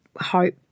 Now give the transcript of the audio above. hope